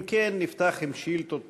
אם כן, נפתח עם שאילתות דחופות.